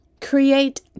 create